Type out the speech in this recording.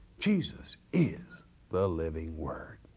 jesus is the living word.